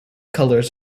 colours